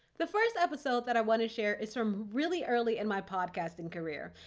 the first episode that i want to share is from really early in my podcasting career.